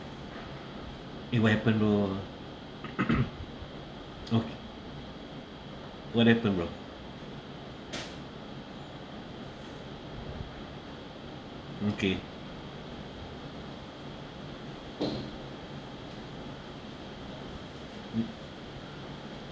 eh what happened bro okay what happened bro okay